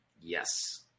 Yes